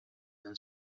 than